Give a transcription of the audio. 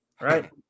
Right